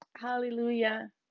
Hallelujah